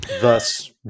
thus